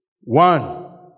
One